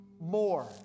More